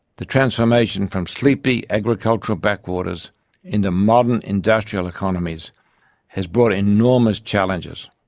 the transformation from sleepy agricultural backwaters into modern, industrial economies has brought enormous challenges.